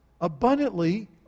abundantly